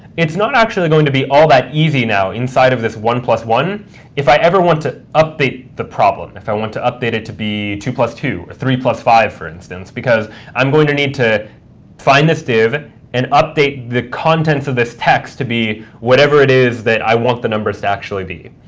it's not actually going to be all that easy now inside of this one plus one if i ever want to update the problem, and if i want to update it to be two plus two, three plus five, for instance, because i'm going to need to find this div and update the contents of this text to be whatever it is that i want the numbers to actually be.